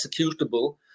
executable